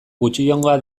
gutxiengoa